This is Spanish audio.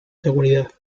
seguridad